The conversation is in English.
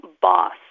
boss